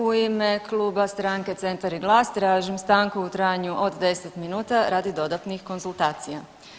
U ime Kluba stranke Centar i GLAS tražim stanku u trajanju od 10 minuta radi dodatnih konzultacija.